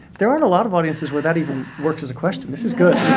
there aren't a lot of audiences where that even works as a question. this is good.